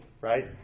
Right